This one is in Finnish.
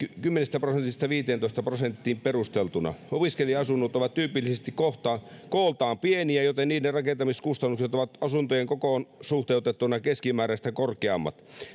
kymmenestä prosentista viiteentoista prosenttiin perusteltuna opiskelija asunnot ovat tyypillisesti kooltaan pieniä joten niiden rakentamiskustannukset ovat asuntojen kokoon suhteutettuna keskimääräistä korkeammat